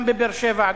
גם בבאר-שבע,